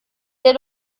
der